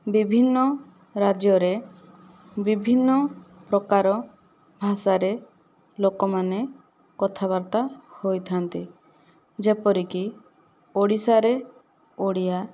ବିଭିନ୍ନ ରାଜ୍ୟରେ ବିଭିନ୍ନ ପ୍ରକାର ଭାଷାରେ ଲୋକମାନେ କଥାବାର୍ତ୍ତା ହୋଇଥାନ୍ତି ଯେପରିକି ଓଡ଼ିଶାରେ ଓଡ଼ିଆ